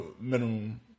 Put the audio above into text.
minimum